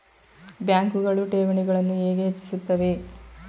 ಬ್ಯಾಂಕುಗಳು ಠೇವಣಿಗಳನ್ನು ಹೇಗೆ ಹೆಚ್ಚಿಸುತ್ತವೆ?